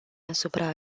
asupra